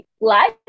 life